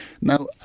Now